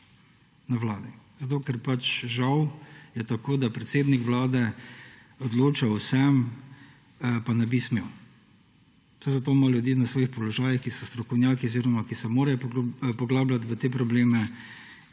na Vladi, zato ker pač žal je tako, da predsednik Vlade odloča o vsem, pa ne bi smel. Saj zato ima ljudi na svojih položajih, ki so strokovnjaki oziroma ki se morajo poglabljati v te probleme.